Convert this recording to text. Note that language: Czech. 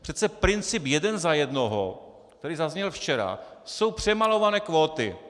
Přece princip jeden za jednoho, který zazněl včera, jsou přemalované kvóty.